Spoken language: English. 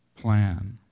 plan